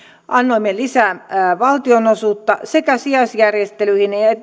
annoimme lisää valtionosuutta sekä sijaisjärjestelyihin